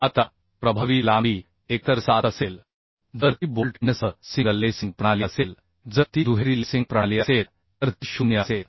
आता प्रभावी लांबी एकतर 7 असेल जर ती बोल्ट एंडसह सिंगल लेसिंग प्रणाली असेल जर ती दुहेरी लेसिंग प्रणाली असेल तर ती 0 असेल